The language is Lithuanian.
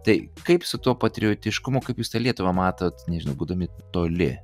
tai kaip su tuo patriotiškumu kaip jūs tą lietuvą matot nežinau būdami toli